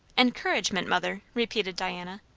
encouragement, mother! repeated diana.